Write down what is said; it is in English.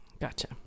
Gotcha